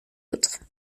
autres